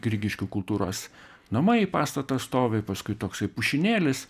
grigiškių kultūros namai pastatas stovi paskui toksai pušynėlis